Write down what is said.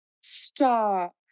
Stop